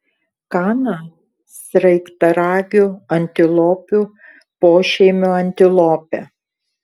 kana sraigtaragių antilopių pošeimio antilopė